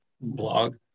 Blog